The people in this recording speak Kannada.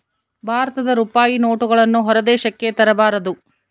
ಭಾರತದ ರೂಪಾಯಿ ನೋಟುಗಳನ್ನು ಹೊರ ದೇಶಕ್ಕೆ ತರಬಾರದು